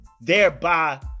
Thereby